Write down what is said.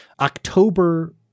October